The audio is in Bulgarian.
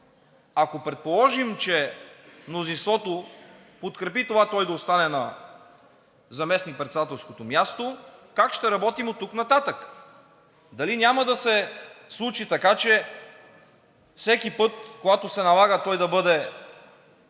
Ако предположим, че мнозинството подкрепи това той да остане на заместник-председателското място, как ще работим оттук нататък? Дали няма да се случи така, че всеки път, когато се налага той да бъде